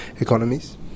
economies